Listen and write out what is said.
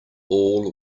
all